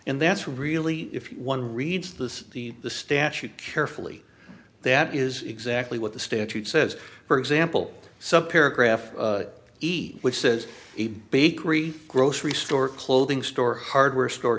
and that's really if one reads the the the statute carefully that is exactly what the statute says for example some paragraph e which says a bakery grocery store clothing store hardware store